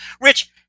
Rich